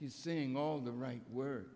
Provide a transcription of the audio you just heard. he's saying all the right word